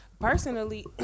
Personally